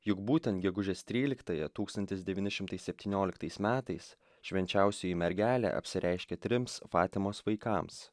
juk būtent gegužės tryliktąją tūkstantis devyni šimtai septynioliktais metais švenčiausioji mergelė apsireiškė trims fatimos vaikams